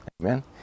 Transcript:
Amen